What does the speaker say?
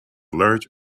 large